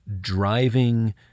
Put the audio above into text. Driving